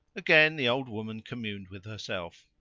again the old woman communed with herself.